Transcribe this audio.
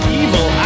evil